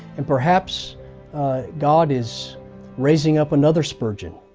and perhaps god is raising up another spurgeon,